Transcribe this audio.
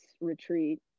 retreat